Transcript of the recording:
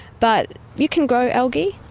but you can grow algae,